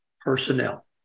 personnel